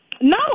No